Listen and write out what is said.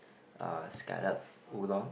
uh scallop udon